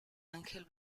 ángel